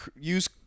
use